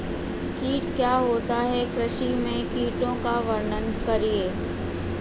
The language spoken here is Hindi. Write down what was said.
कीट क्या होता है कृषि में कीटों का वर्णन कीजिए?